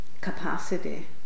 capacity